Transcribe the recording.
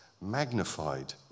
magnified